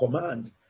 command